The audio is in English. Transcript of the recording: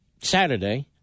Saturday